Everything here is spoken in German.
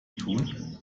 tun